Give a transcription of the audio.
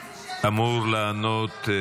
אמור לענות.